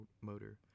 motor